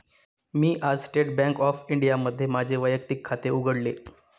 मी आज State Bank of इंडियामध्ये माझे वैयक्तिक खाते उघडले